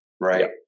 right